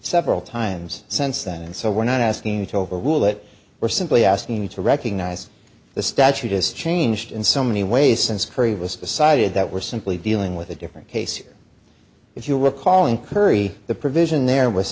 several times since then and so we're not asking you to overrule that we're simply asking you to recognize the statute has changed in so many ways since curry was decided that we're simply dealing with a different case here if you recall in currie the provision there was